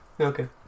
Okay